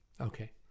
Okay